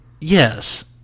yes